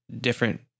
different